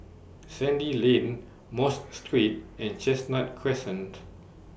Sandy Lane Mosque Street and Chestnut Crescent